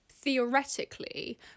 theoretically